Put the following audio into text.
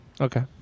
Okay